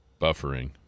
Buffering